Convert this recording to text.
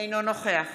אינו נוכח